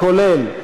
כולל,